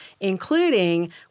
including